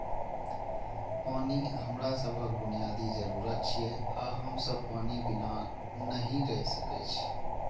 पानि हमरा सभक बुनियादी जरूरत छियै आ हम सब पानि बिना नहि रहि सकै छी